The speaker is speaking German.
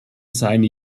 seine